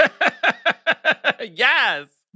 Yes